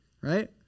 right